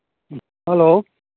ꯎꯝ hello